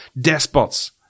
despots